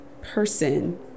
person